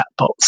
chatbots